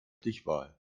stichwahl